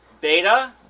Beta